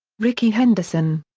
rickey henderson.